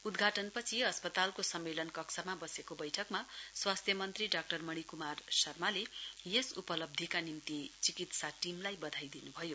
उद्घाटनपछि अस्पतालको सम्मेलन कक्षमा बसेको बैठकमा स्वास्थ्य मन्त्री डाक्टर मणिक्मार शर्माले यस उपलब्धिका निम्ति चिकित्सा टीमलाई बधाई दिनुभयो